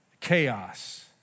chaos